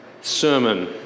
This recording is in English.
sermon